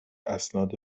اسناد